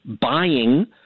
buying